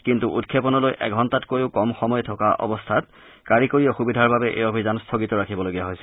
কিন্তু উৎক্ষেপনলৈ এঘণ্টাতকৈও কম সময় থকা অৱস্থাত কাৰিকৰী অসুবিধাৰ বাবে এই অভিযান স্থগিত ৰাখিবলগীয়া হৈছিল